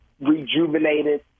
rejuvenated